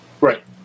right